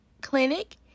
clinic